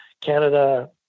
Canada